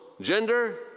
gender